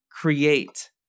create